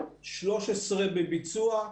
13 בביצוע,